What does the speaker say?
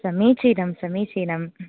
समीचीनं समीचीनं